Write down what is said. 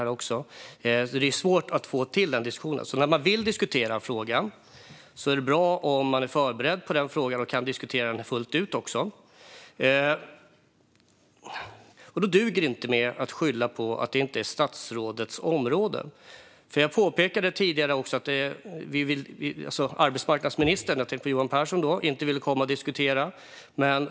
Det är alltså svårt att få till diskussionen, så när man vill diskutera en fråga är det bra att vara förberedd och kunna diskutera den fullt ut. Då duger det inte att skylla på att det inte är statsrådets område. Jag påpekade också tidigare att arbetsmarknadsministern, det vill säga Johan Pehrson, inte ville komma hit och debattera.